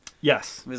Yes